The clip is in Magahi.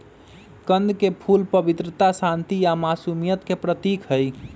कंद के फूल पवित्रता, शांति आ मासुमियत के प्रतीक हई